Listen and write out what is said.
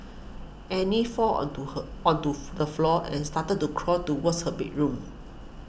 Annie fall onto her onto the floor and started to crawl towards her bedroom